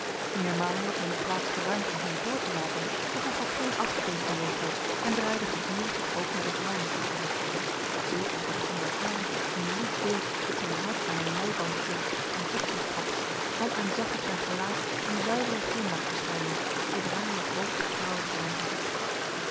meermalen had men de plaats geruimd om hem door te laten doch hij gaf geen acht op deze beleefdheid en draaide gedurig het hoofd naar de vrouwenstoet om zeker was er onder haar een lief beeld dat zijn hart aan een leiband hield en tot zich trok want men zag op zijn gelaat een zuivere glimlach verschijnen zodra hij het hoofd tot de vrouwen gewend had